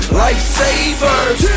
lifesavers